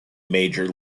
major